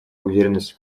уверенность